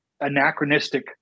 anachronistic